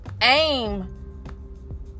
aim